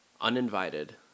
uninvited